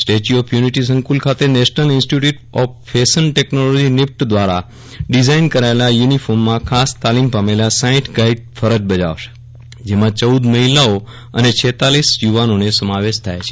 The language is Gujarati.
સ્ટેચ્યુ ઓફ યુનિટી સંકુલ ખાતે National Institute of Fashion Technology NIFT દ્વારા ડિઝાઇન કરાયેલા યુનિફોર્મમાં ખાસ તાલીમ પામેલા સાંઇઠ ગાઇડ ફરજ બજાવશે જેમાં ચૌદ મહિલાઓ અને છેતાંલીસ યુવાનોને સમાવેશ થાય છે